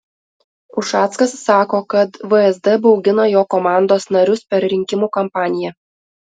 ušackas sako kad vsd baugino jo komandos narius per rinkimų kampaniją